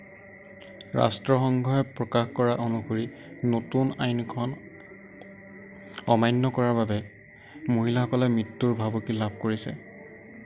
ৰাষ্ট্ৰসংঘই প্ৰকাশ কৰা অনুসৰি নতুন আইনখন অমান্য কৰাৰ বাবে মহিলাসকলে মৃত্যুৰ ভাবুকি লাভ কৰিছে